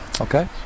Okay